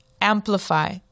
amplify